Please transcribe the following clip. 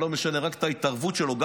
אבל